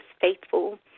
faithful